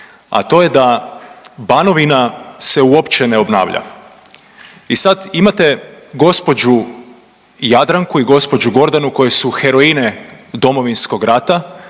a to je da Banovina se uopće ne obnavlja i sad imate gospođu Jadranku i gospođu Gordane koje su heroine Domovinskog rata,